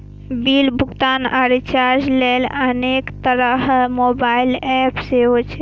bill भुगतान आ recharge लेल अनेक तरहक मोबाइल एप सेहो छै